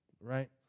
right